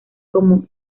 como